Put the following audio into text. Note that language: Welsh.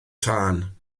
tân